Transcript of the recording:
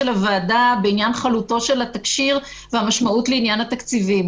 הוועדה בעניין חלותו של התקשי"ר והמשמעות לעניין התקציבים.